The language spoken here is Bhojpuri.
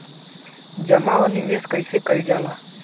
जमा और निवेश कइसे कइल जाला?